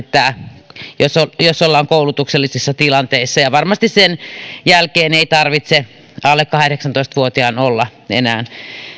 tämä jos ollaan koulutuksellisissa tilanteissa ja varmasti sen jälkeen ei tarvitse alle kahdeksantoista vuotiaan olla enää